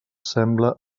sembla